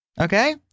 Okay